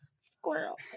squirrel